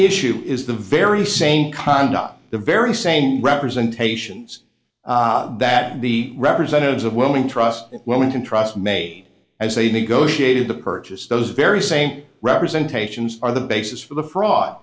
issue is the very same conduct the very same representations that the representatives of willing trust willing to trust mate as they negotiated the purchase those very same representation are the basis for the fr